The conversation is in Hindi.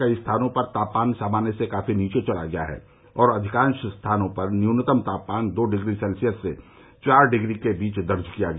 कई स्थानों पर तापमान सामान्य से काफी नीचे चला गया और अधिकांश स्थानों पर न्यूनतम तापमान दो डिग्री सेल्शियस से सात डिग्री के बीच दर्ज किया गया